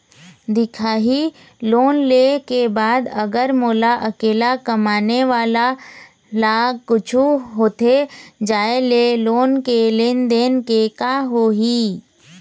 दिखाही लोन ले के बाद अगर मोला अकेला कमाने वाला ला कुछू होथे जाय ले लोन के लेनदेन के का होही?